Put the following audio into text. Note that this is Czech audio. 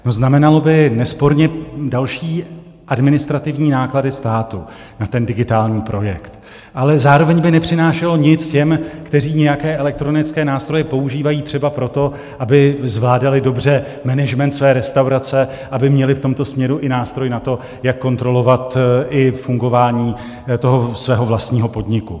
No, znamenalo by nesporně další administrativní náklady státu na ten digitální projekt, ale zároveň by nepřinášelo nic těm, kteří nějaké elektronické nástroje používají, třeba pro to, aby zvládali dobře management své restaurace, aby měli v tomto směru i nástroj na to, jak kontrolovat i fungování svého vlastního podniku.